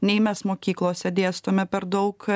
nei mes mokyklose dėstome per daug